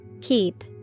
Keep